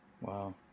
Wow